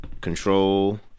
Control